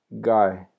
guy